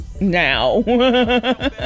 Now